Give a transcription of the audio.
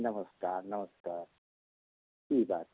नमस्कार नमस्कार की बात